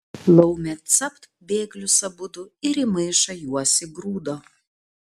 laumė capt bėglius abudu ir į maišą juos įgrūdo